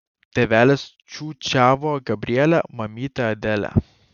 tėvelis čiūčiavo gabrielę mamytė adelę